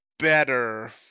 better